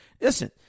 listen